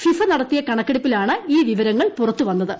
FIFA നടത്തിയ കണക്കെടുപ്പിലാണ് ഈ വിവരങ്ങൾ പുറത്ത് വന്നത്